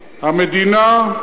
המדינה,